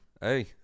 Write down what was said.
Hey